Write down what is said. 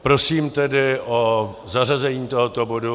Prosím tedy o zařazení tohoto bodu.